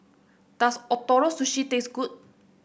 does Ootoro Sushi taste good